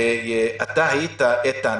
ואתה היית, איתן,